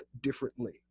differently